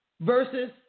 versus